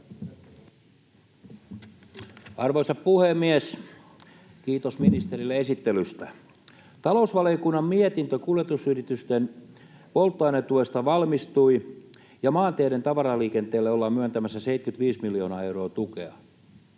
Arvoisa puhemies! Kiitos ministerille esittelystä. Talousvaliokunnan mietintö kuljetusyritysten polttoainetuesta valmistui, ja maanteiden tavaraliikenteelle ollaan myöntämässä 75 miljoonaa euroa tukea.